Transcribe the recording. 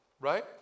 right